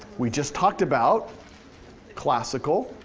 we just talked about classical